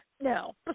no